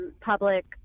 public